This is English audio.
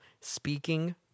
speaking